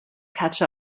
catch